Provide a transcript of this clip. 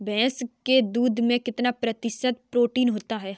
भैंस के दूध में कितना प्रतिशत प्रोटीन होता है?